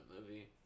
movie